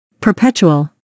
Perpetual